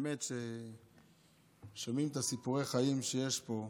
האמת שכשומעים את סיפורי החיים שיש פה,